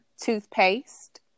Toothpaste